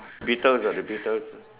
Beatles ah the Beatles